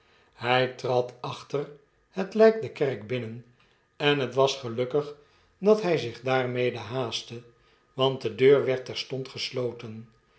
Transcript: hij trad achter het lijk de kerk binnen en het was gelukkig dat hij zich daarmede haastte want de deur werd terstond gesloten